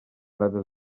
rates